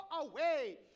away